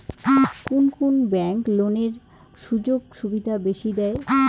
কুন কুন ব্যাংক লোনের সুযোগ সুবিধা বেশি দেয়?